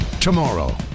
Tomorrow